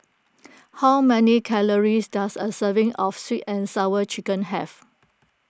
how many calories does a serving of Sweet and Sour Chicken have